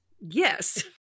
yes